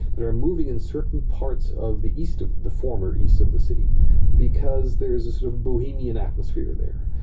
that are moving in certain parts of the east of, the former east of the city because there's a sort of bohemian atmosphere there.